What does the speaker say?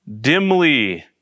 dimly